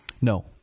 No